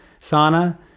sauna